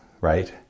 right